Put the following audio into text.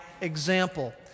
example